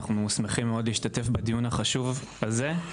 אנחנו שמחים מאוד להשתתף בדיון החשוב הזה.